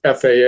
FAA